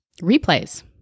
replays